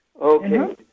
Okay